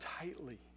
tightly